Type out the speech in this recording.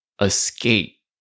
escape